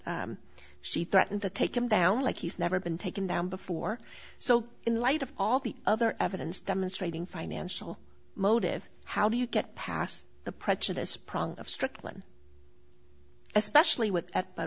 that she threatened to take him down like he's never been taken down before so in light of all the other evidence demonstrating financial motive how do you get past the prejudice prong of strickland especially with at